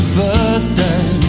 birthday